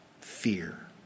fear